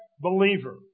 believer